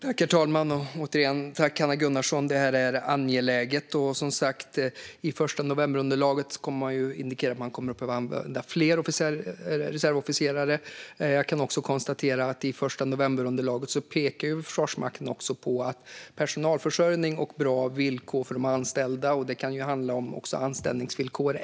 Herr talman! Återigen tack, Hanna Gunnarsson! Det här är angeläget, och som sagt: Underlaget från den 1 november indikerar att man kommer att behöva använda fler reservofficerare. Jag kan konstatera att Försvarsmakten i underlaget från den 1 november också pekar på att personalförsörjning och bra villkor för de anställda är en viktig fråga, och det kan handla om anställningsvillkor.